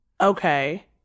okay